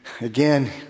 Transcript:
again